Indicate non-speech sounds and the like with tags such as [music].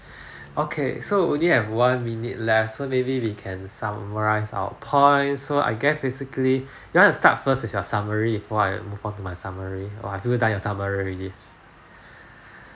[breath] okay so only have one minute left so maybe we can summarise our point so I guess basically you want to start first with your summary before I move on to my summary or have you done your summary already